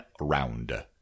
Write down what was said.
round